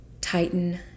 Tighten